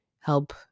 help